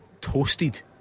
toasted